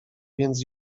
więc